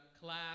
class